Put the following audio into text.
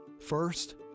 first